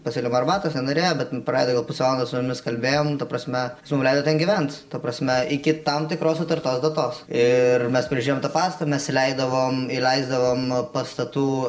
pasiūliau arbatos nenorėjo bet pradeda pusę valandos su jumis kalbėjom ta prasme jis mum leido ten gyvent ta prasme iki tam tikros sutartos datos ir mes prižiūrėjom tą pastatą mes įleidavom įleisdavom pastatų